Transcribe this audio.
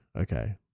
okay